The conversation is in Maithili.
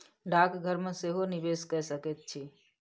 डाकघर मे सेहो निवेश कए सकैत छी